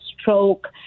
stroke